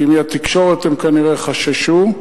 כי מהתקשורת הם כנראה חששו,